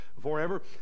forever